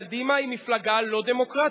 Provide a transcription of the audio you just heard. קדימה היא מפלגה לא דמוקרטית.